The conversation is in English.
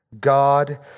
God